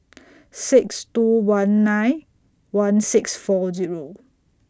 six two one nine one six four Zero